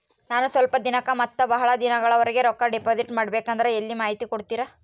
ನಾನು ಸ್ವಲ್ಪ ದಿನಕ್ಕ ಮತ್ತ ಬಹಳ ದಿನಗಳವರೆಗೆ ರೊಕ್ಕ ಡಿಪಾಸಿಟ್ ಮಾಡಬೇಕಂದ್ರ ಎಲ್ಲಿ ಮಾಹಿತಿ ಕೊಡ್ತೇರಾ?